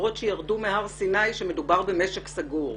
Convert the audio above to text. הדיברות שירדו מהר סיני שמדובר במשק סגור?